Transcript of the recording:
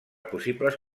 possibles